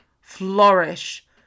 Flourish